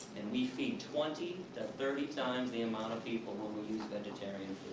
and we feed twenty to thirty times the amount of people when we use vegetarian